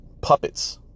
puppets